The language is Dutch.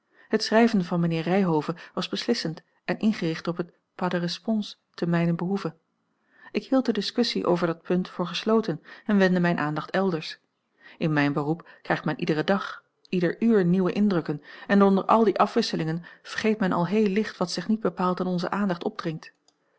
het schrijven van mijnheer ryhove was beslissend en ingericht op het pas de reponse te mijnen behoeve ik hield de discussie over dat punt voor gesloten en wendde mijne aandacht elders in mijn beroep krijgt men iederen dag ieder uur nieuwe indrukken en onder al die afwisselingen vergeet men al heel licht wat zich niet bepaald aan onze aandacht opdringt